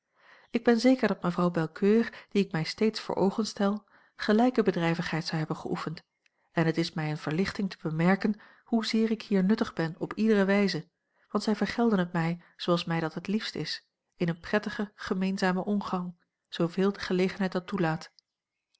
ik ben zeker dat mevrouw belcoeur die ik mij steeds voor oogen stel gelijke bedrijvigheid zou hebben geoefend en het is mij eene verlichting te bemerken hoezeer ik hier nuttig ben op iedere wijze want zij vergelden het mij zooals mij dat het liefst is in een prettigen gemeenzamen omgang zooveel de gelegenheid dat toelaat